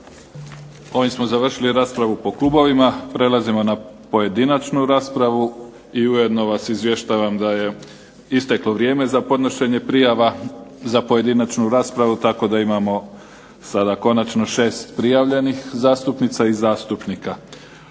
Ovim smo završili raspravu po klubovima. Prelazimo na pojedinačnu raspravu i ujedno vas izvještavam da je isteklo vrijeme za podnošenje prijava za pojedinačnu raspravu tako da imamo sada konačno 6 prijavljenih zastupnica i zastupnika.